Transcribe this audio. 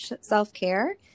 self-care